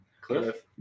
Cliff